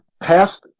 passed